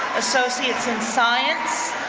associates in science,